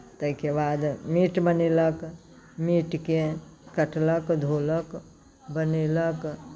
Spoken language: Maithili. ताहिके बाद मीट बनेलक मीटकेँ कटलक धोलक बनेलक से